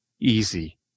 easy